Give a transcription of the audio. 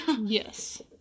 Yes